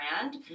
brand